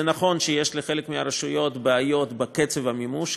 נכון שיש לחלק מהרשויות בעיות בקצב המימוש,